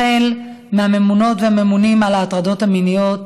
החל מהממונות והממונים על ההטרדות המיניות,